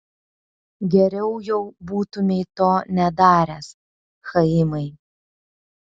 geriau jau būtumei to nedaręs chaimai